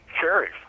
cherries